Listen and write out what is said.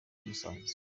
musanze